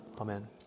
amen